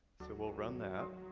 so we'll run that.